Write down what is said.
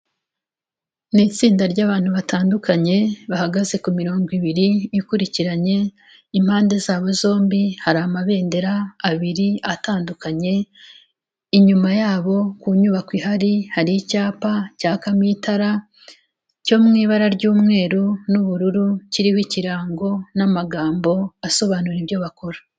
Ni itsinda ry'abantu batandukanye, bahagaze ku mirongo ibiri ikurikiranye, impande zabo zombi hari amabendera abiri atandukanye, inyuma yabo ku nyubako ihari hari icyapa cyakamo itara cyo mu ibara ry'umweru n'ubururu, kiriho ikirango n'amagambo asobanura ibyo bakora.